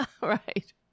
Right